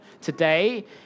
today